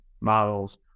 models